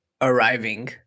arriving